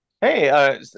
Hey